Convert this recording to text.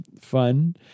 fun